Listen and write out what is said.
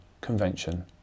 convention